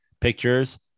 pictures